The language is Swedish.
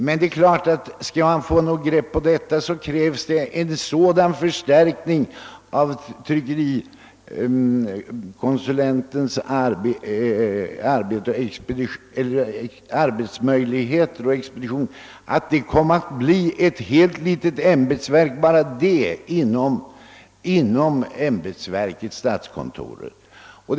Men om tryckeriombudsmannen skall kunna få ett grepp om detta arbete, krävs det självfallet en sådan förstärkning av tryckerikonsulentens arbetsmöjligheter, att enbart hans expedition skulle komma att bli ett helt litet ämbetsverk inom statskontorets ram.